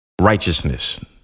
Righteousness